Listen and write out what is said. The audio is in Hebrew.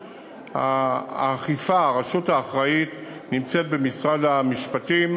באכיפה הרשות האחראית נמצאת במשרד המשפטים.